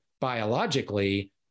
biologically